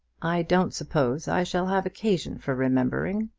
i don't suppose i shall have occasion for remembering.